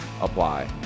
apply